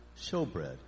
showbread